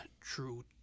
true